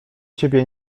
ciebie